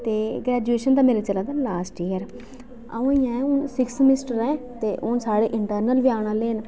ते ग्रैजुएशन दा मेरा चला जा लास्ट ईयर अ'ऊं ऐं सिक्स समिस्टर ते हून साढ़े इंटरनल बी औने आह्ले न